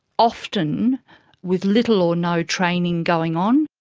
often with little or no training going on.